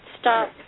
stop